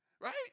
Right